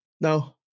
No